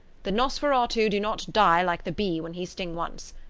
the nosferatu do not die like the bee when he sting once.